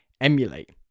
emulate